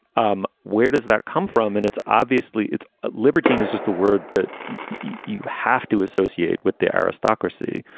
um where does that come from? and it's obviously it's a libertine is just the word that you have to associate with the aristocracy.